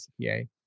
CPA